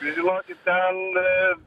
žinokit ten